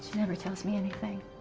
never tells me anything.